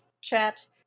chat